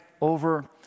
over